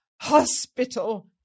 hospital